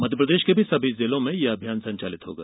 मध्यप्रदेष के भी सभी जिलों में यह अभियान संचालित होगा